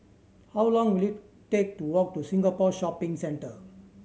how long will it take to walk to Singapore Shopping Centre